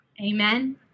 amen